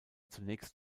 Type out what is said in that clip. zunächst